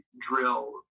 drill